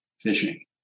fishing